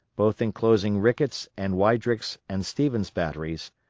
both enclosing rickett's and weidrick's and stevens' batteries,